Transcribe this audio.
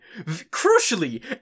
crucially